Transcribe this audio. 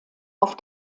auf